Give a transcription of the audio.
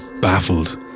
baffled